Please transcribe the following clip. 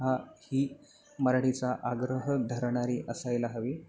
हा ही मराठीचा आग्रह धरणारी असायला हवी